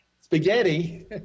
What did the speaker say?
Spaghetti